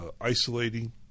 isolating